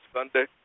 Sunday